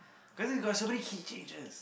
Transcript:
cause it's got so many key changes